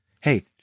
hey